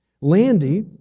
Landy